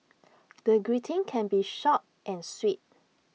the greeting can be short and sweet